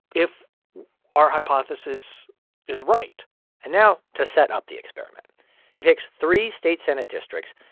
if our hypothesis is right and now to set up the experiment he takes three state senate districts,